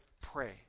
pray